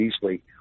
easily